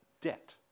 debt